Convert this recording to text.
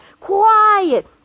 quiet